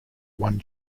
one